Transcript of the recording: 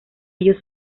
ellos